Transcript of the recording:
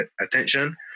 attention